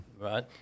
right